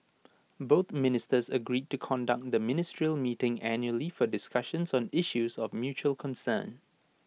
both ministers agreed to conduct the ministerial meeting annually for discussions on issues of mutual concern